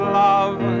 love